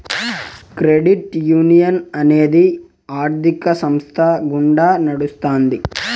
credit union అనేది ఆర్థిక సంస్థ గుండా నడుత్తాది